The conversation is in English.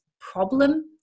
problem